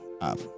up